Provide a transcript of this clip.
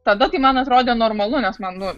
tada tai man atrodė normalu nes man nu